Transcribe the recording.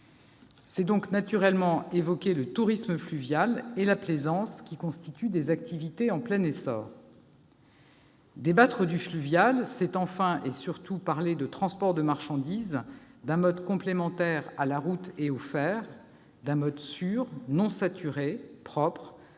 C'est donc naturellement évoquer le tourisme fluvial et la plaisance qui constituent des activités en plein essor. Débattre du fluvial, c'est enfin et surtout parler de transport de marchandises, d'un mode complémentaire à la route et au fer, d'un mode sûr, non saturé, propre :